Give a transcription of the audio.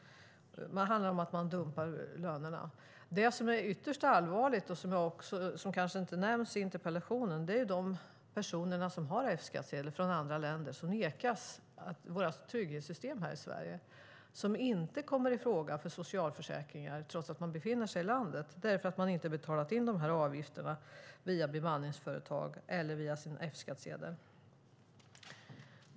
Det handlar om att man dumpar lönerna. Något som också är ytterst allvarligt men som kanske inte nämns i interpellationen är de personer som har F-skattsedel från andra länder och som nekas att ta del av våra trygghetssystem här i Sverige. De kommer inte i fråga för socialförsäkringen trots att de befinner sig i landet därför att de inte har betalat in de här avgifterna via bemanningsföretag eller via sin F-skattsedel.